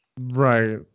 Right